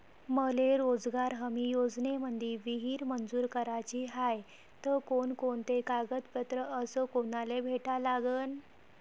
मले रोजगार हमी योजनेमंदी विहीर मंजूर कराची हाये त कोनकोनते कागदपत्र अस कोनाले भेटा लागन?